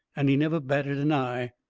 and he never batted an eye.